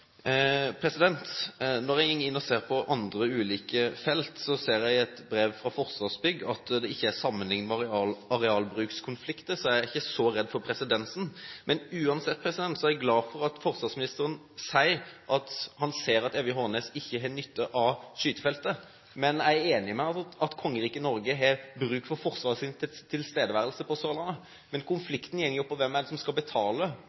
Når jeg går inn og ser på andre ulike felt, ser jeg i et brev fra Forsvarsbygg at det ikke er sammenlignbare arealbrukskonflikter, så jeg er ikke så redd for presedensen. Uansett er jeg glad for at forsvarsministeren sier at han ser at Evje og Hornnes ikke har nytte av skytefeltet. Jeg er enig med han i at kongeriket Norge har bruk for Forsvarets tilstedeværelse på Sørlandet, men konflikten går på hvem det er som skal betale